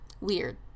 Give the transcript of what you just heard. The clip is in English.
weird